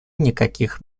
никаких